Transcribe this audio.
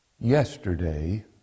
Yesterday